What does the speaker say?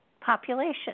population